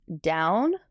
down